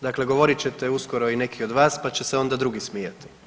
Dakle, govorit ćete uskoro i neki od vas pa će se onda drugi smijati.